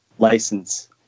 license